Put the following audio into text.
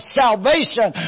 salvation